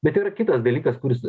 bet ir kitas dalykas kuris